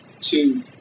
two